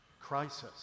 crisis